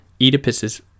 Oedipus